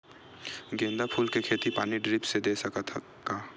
गेंदा फूल के खेती पानी ड्रिप से दे सकथ का?